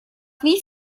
wie